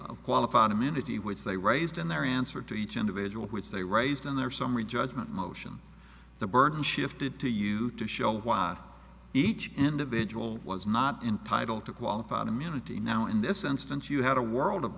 qualified immunity which they raised in their answer to each individual which they raised in their summary judgment motion the burden shifted to you to show why each individual was not entitled to qualified immunity now in this instance you had a world of